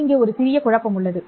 இங்கே ஒரு சிறிய குழப்பம் உள்ளது